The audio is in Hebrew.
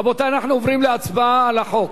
רבותי, אנחנו עוברים להצבעה על החוק.